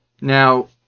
now